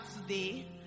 today